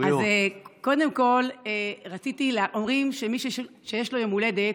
קודם כול, רציתי, אומרים שמי שיש לו יום הולדת,